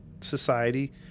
society